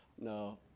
no